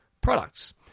products